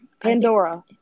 Pandora